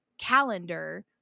calendar